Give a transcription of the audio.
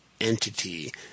entity